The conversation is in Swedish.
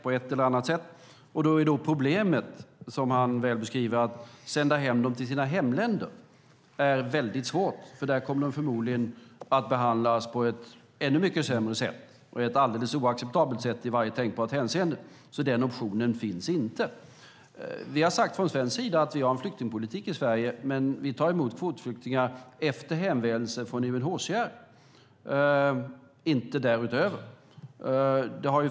Problemet, som Hans Linde så väl beskriver, uppstår när de ska sändas till sina hemländer. Det är mycket svårt eftersom de i hemländerna förmodligen kommer att behandlas på ett ännu sämre sätt, på ett i varje tänkbart hänseende alldeles oacceptabelt sätt. Den optionen finns således inte. Från svensk sida har vi sagt att vi har en flyktingpolitik i Sverige. Vi tar emot kvotflyktingar efter hänvändelse från UNHCR, inte därutöver.